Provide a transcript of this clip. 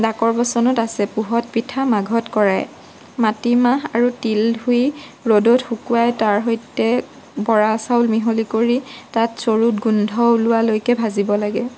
ডাকৰ বচনত আছে পুহত পিঠা মাঘত কৰাই মাটি মাহ আৰু তিল ধুই ৰ'দত শুকোৱাই তাৰ সৈতে বৰা চাউল মিহলি কৰি তাত চৰুত গোন্ধ ওলোৱালৈকে ভাজিব লাগে